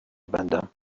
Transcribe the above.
بندم